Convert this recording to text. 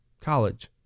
college